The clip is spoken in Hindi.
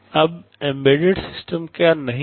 अब एम्बेडेड सिस्टम क्या नहीं है